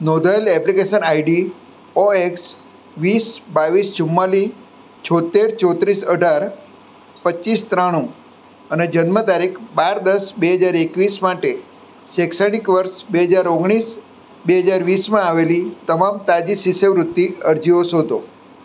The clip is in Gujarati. નોંધાએલ એપ્લિકેસન આઇડી ઓએક્સ વીસ બાવીસ ચુમ્માળીસ છોંતેર ચોત્રીસ અઢાર પચીસ ત્રાણું અને જન્મ તારીખ બાર દસ બે હજાર એકવીસ માટે શૈક્ષણિક વર્ષ ઓગણીસ બે હજાર વીસમાં આવેલી તમામ તાજી શિષ્યવૃત્તિ અરજીઓ શોધો